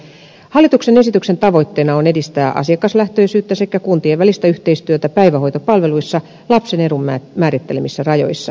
hallituksen esityksen tavoitteena on edistää asiakaslähtöisyyttä sekä kuntien välistä yhteistyötä päivähoitopalveluissa lapsen edun määrittelemissä rajoissa